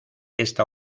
esta